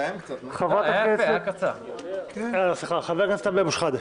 חבר הכנסת סמי אבו שחאדה,